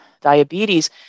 diabetes